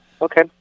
Okay